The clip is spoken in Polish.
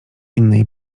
innej